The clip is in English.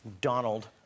Donald